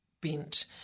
bent